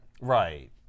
Right